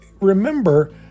remember